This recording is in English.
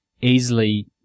easily